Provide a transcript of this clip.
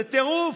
זה טירוף,